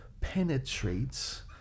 penetrates